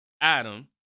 Adam